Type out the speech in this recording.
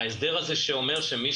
ההסדר הזה אומר שמי